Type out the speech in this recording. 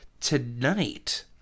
tonight